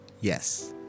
yes